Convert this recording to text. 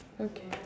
okay